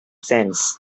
sense